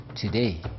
today